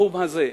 בתחום הזה.